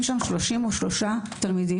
יוצאי אתיופיה או פנסיונרים ששום דבר,